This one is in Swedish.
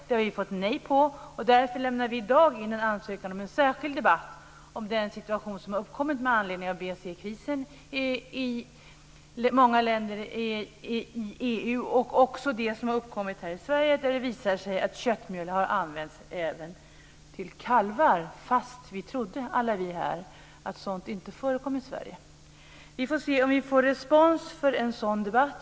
Detta har vi fått nej till, och vi lämnar därför i dag in en ansökan om en särskild debatt om den situation som har uppkommit med anledning av BSE-krisen i många länder i EU och även om det som hänt här i Sverige. Det visar sig att köttmjöl nu använts som foder även till kalvar, fastän vi alla här trodde att sådant inte förekommer i Sverige. Vi får se om vi får respons för en sådan debatt.